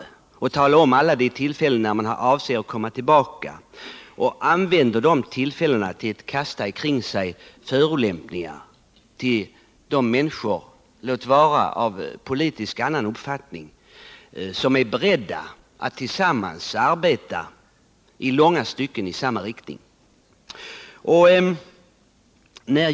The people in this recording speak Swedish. Jörn Svensson och Oswald Söderqvist säger att de avser att komma tillbaka, och de använder dessa tillfällen till att förolämpa människor — låt vara med annan politisk uppfattning — som är beredda att arbeta i samma riktning som de, åtminstone i långa stycken.